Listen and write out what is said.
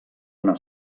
una